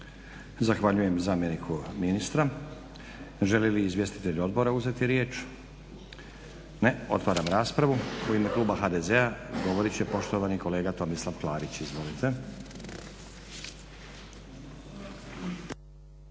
Zahvaljujem zamjeniku ministra. Želi li izvjestitelj odbora uzeti riječ? Ne. Otvaram raspravu. U ime kluba HDZ-a govorit će poštovani kolega Tomislav Klarić, izvolite.